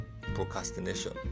Procrastination